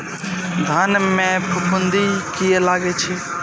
धान में फूफुंदी किया लगे छे?